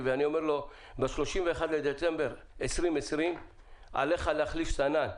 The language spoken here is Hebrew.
ואומר לו: ב-31 בדצמבר 2020 עליך להחליף סנן,